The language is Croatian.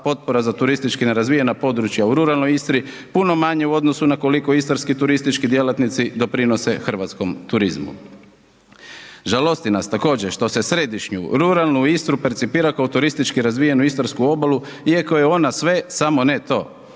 potpore za turistički nerazvijena područja u ruralnoj Istri je puno manji u odnosu na koliko istarski turistički djelatnici doprinose hrvatskom turizmu. Žalosti nas također što se središnju ruralnu istru percipira kao turistički razvijenu istarsku obalu iako je ona sve samo ne to.